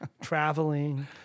traveling